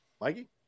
mikey